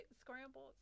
scrambled